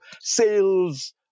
sales